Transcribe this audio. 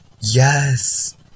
yes